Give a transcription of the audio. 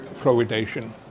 fluoridation